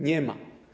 Nie ma.